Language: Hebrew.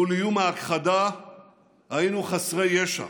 מול איום ההכחדה היינו חסרי ישע.